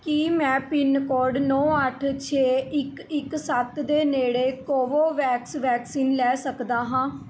ਕੀ ਮੈਂ ਪਿੰਨਕੋਡ ਨੌ ਅੱਠ ਛੇ ਇੱਕ ਇੱਕ ਸੱਤ ਦੇ ਨੇੜੇ ਕੋਵੋਵੈਕਸ ਵੈਕਸੀਨ ਲੈ ਸਕਦਾ ਹਾਂ